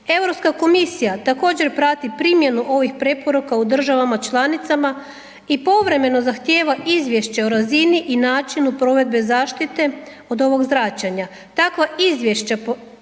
Europska komisija također prati primjenu ovih preporuka u državama članicama i povremeno zahtjeva izvješće o razini i načinu provedbe zaštite od ovog zračenja.